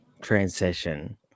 transition